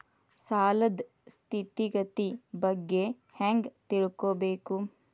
ಸಾಲದ್ ಸ್ಥಿತಿಗತಿ ಬಗ್ಗೆ ಹೆಂಗ್ ತಿಳ್ಕೊಬೇಕು?